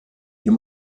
you